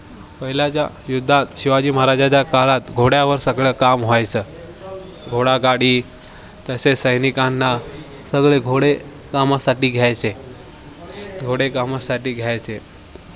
पहिल्याच्या युद्धात शिवाजी महाराजाच्या काळात घोड्यावर सगळं काम व्हायचं घोडागाडी तसेच सैनिकांना सगळे घोडे कामासाठी घ्यायचे घोडे कामासाठी घ्यायचे